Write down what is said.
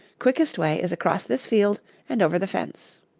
quickest way is across this field and over the fence.